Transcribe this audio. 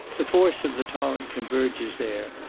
the force of the torrent converges there,